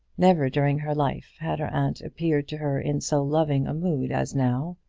never during her life had her aunt appeared to her in so loving a mood as now,